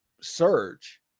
surge